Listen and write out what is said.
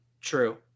True